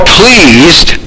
pleased